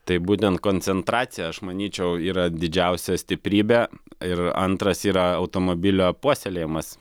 taip būtent koncentracija aš manyčiau yra didžiausia stiprybė ir antras yra automobilio puoselėjamas